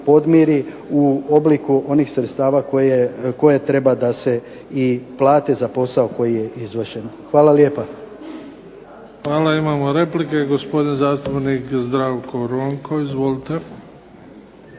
u obliku onih sredstava koje treba da se i plate za posao koji je izvršen. Hvala lijepa. **Bebić, Luka (HDZ)** Hvala. Imamo replike. Gospodin zastupnik Zdravko Ronko, izvolite.